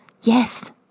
Yes